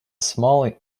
small